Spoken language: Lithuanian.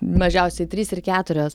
mažiausiai trys ir keturios